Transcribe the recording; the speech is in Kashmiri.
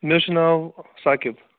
مےٚ حظ چھِ ناو ساقِب